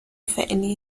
فعلی